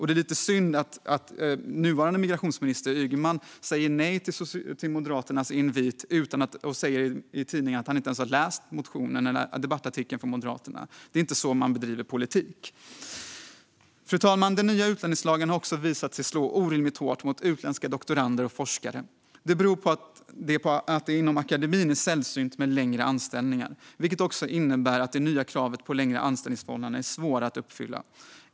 Det är synd att den nuvarande migrationsministern, Ygeman, säger nej till Moderaternas invit och säger i tidningen att han inte ens har läst debattartikeln från Moderaterna. Det är inte så man bedriver politik. Fru talman! Den nya utlänningslagen har också visat sig slå orimligt hårt mot utländska doktorander och forskare. Det beror på att det inom akademin är sällsynt med längre anställningar, vilket innebär att det nya kravet på längre anställningsförhållanden blir svårt att uppfylla.